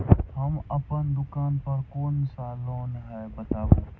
हम अपन दुकान पर कोन सा लोन हैं बताबू?